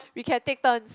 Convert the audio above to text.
we can take turns